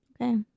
Okay